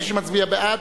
מי שמצביע בעד,